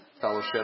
fellowship